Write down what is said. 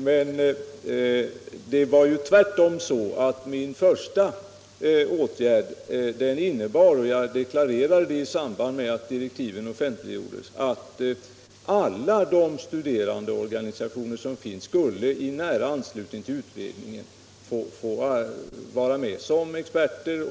Men det var ju tvärtom så att min första åtgärd innebar — jag deklarerade det i samband med att direktiven offentliggjordes — att alla de studerandeorganisationer som finns skulle i nära anslutning till utredningen få vara med som experter